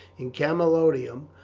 in camalodunum,